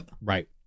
Right